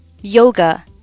yoga